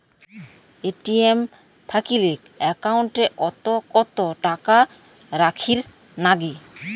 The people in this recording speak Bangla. এ.টি.এম থাকিলে একাউন্ট ওত কত টাকা রাখীর নাগে?